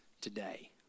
today